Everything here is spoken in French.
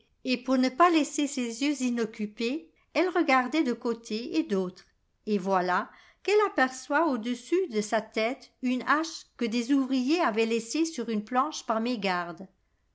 et pour ne pas laisser ses yeux inoccupés elle regardait de côté et d'autre et voilà qu'elle aperçoit au-dessus de sa tète une hache que des ouvriers avait laissée sur une planche par mégarde